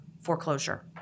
foreclosure